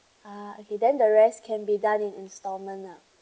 ah okay then the rest can be done in installment lah